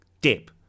dip